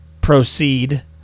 proceed